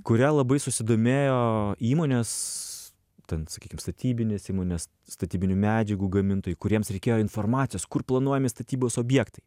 kuria labai susidomėjo įmonės ten sakykim statybinės įmonės statybinių medžiagų gamintojai kuriems reikėjo informacijos kur planuojami statybos objektai